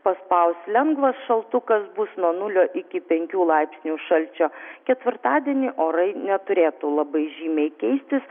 paspaus lengvas šaltukas bus nuo nulio iki penkių laipsnių šalčio ketvirtadienį orai neturėtų labai žymiai keistis